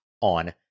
On